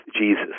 Jesus